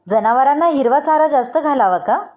जनावरांना हिरवा चारा जास्त घालावा का?